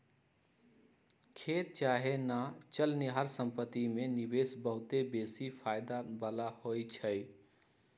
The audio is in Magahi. खेत चाहे न चलनिहार संपत्ति में निवेश बहुते बेशी फयदा बला होइ छइ